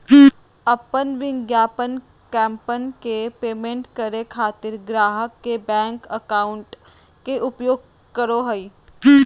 अपन विज्ञापन कैंपेन के पेमेंट करे खातिर ग्राहक के बैंक अकाउंट के उपयोग करो हइ